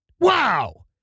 Wow